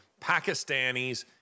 Pakistanis